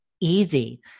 easy